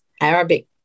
Arabic